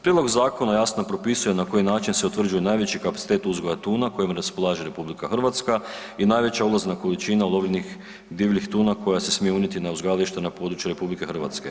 Prijedlog zakona jasno propisuje na koji način se utvrđuje najveći kapacitet uzgoja tuna kojim raspolaže RH i najveća ulazna količina ulovljenih divljih tuna koja se smije unijeti na uzgajalište na području RH.